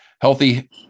healthy